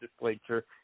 legislature